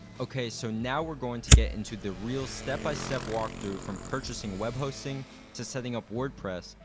okay, so now, we're going to get into the real step-by-step walkthrough from purchasing web hosting to setting up wordpress,